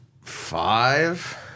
Five